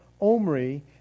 Omri